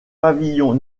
pavillon